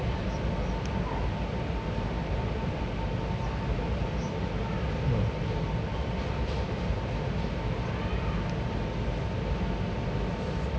mm